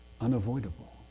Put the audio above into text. unavoidable